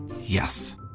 Yes